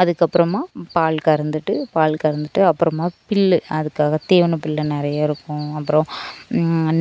அதுக்கப்புறமா பால் கறந்துட்டு பால் கறந்துட்டு அப்புறமா புல்லு அதுக்காக தீவன புல்லு நிறைய இருக்கும் அப்புறம்